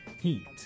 Heat